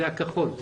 זה הכחול.